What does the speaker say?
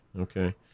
Okay